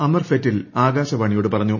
അമർ ഫെറ്റിൽ ആകാശവാണിയോട് പറഞ്ഞു